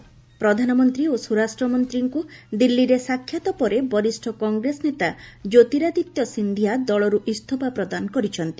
ପ୍ରଧାନମନ୍ତ୍ରୀ ଓ ସ୍ୱରାଷ୍ଟ୍ର ମନ୍ତ୍ରୀଙ୍କ ଦିଲ୍ଲୀରେ ସାକ୍ଷାତ୍ ପରେ ବରିଷ୍ଠ କଂଗ୍ରେସ ନେତା କ୍ୟୋତିରାଦିତ୍ୟ ସିନ୍ଧିଆ ଦଳର୍ ଇସ୍ତଫା ପ୍ରଦାନ କରିଚ୍ଚନ୍ତି